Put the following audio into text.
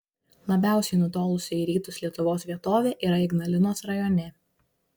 labiausiai nutolusi į rytus lietuvos vietovė yra ignalinos rajone